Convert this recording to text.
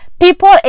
People